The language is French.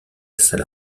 salle